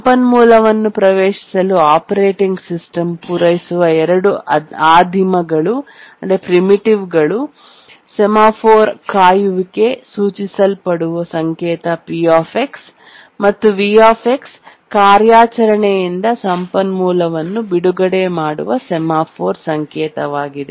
ಸಂಪನ್ಮೂಲವನ್ನು ಪ್ರವೇಶಿಸಲು operating system ಪೂರೈಸುವ ಎರಡು ಆದಿಮಗಳುಪ್ರಿಮಿಟಿವ್ ಗಳು ಸೆಮಾಫೋರ್ ಕಾಯುವಿಕೆ ಸೂಚಿಸಲ್ಪಡುವ ಸಂಕೇತ P ಮತ್ತು V ಕಾರ್ಯಾಚರಣೆಯಿಂದ ಸಂಪನ್ಮೂಲವನ್ನು ಬಿಡುಗಡೆ ಮಾಡುವ ಸೆಮಾಫೋರ್ ಸಂಕೇತವಾಗಿದೆ